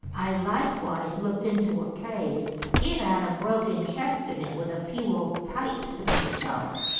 i likewise looked into a cave it ad a broken chest in it with a few old pipes in the shelf,